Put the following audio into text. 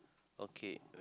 okay